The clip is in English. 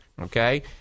okay